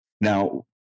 Now